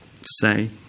say